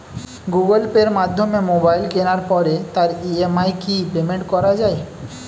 Google পের মাধ্যমে mobile কেনার পরে তার ই.এম.আই কি পেমেন্ট করা যায়?